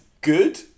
good